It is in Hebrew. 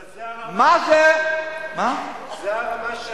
אבל זה הרמה שלהם, מה אתה מתרגש?